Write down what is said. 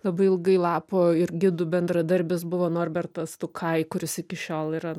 labai ilgai lapo ir gidų bendradarbis buvo norbertas tukai kuris iki šiol yra